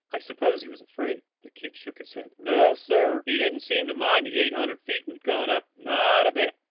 i suppose he was afraid? the kid shook his head. no, sir he didn't seem to mind the eight hundred feet we'd gone up, not a bit.